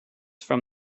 from